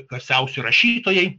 garsiausi rašytojai